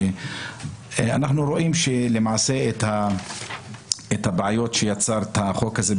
ואנחנו רואים למעשה את הבעיות שיצר החוק הזה,